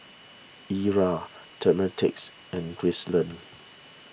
Eura Demetric and Gracelyn